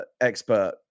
expert